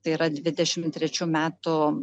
tai yra dvidešimt trečių metų